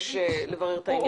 ונבקש לברר את העניין.